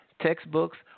textbooks